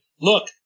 Look